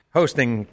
hosting